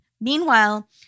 Meanwhile